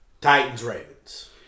Titans-Ravens